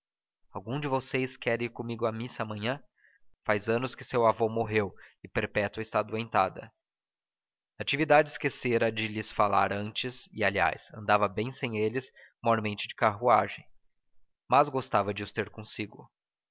algum de vocês quer ir comigo à missa amanhã faz anos que seu avô morreu e perpétua está adoentada natividade esquecera de lhes falar antes e aliás andava bem sem eles mormente de carruagem mas gostava de os ter consigo